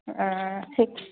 हँ ठीक